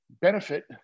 benefit –